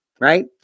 right